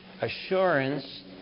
assurance